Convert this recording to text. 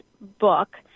book